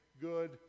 good